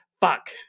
Fuck